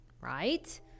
right